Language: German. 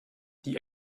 die